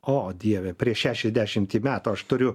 o dieve prieš šešiasdešimtį metų aš turiu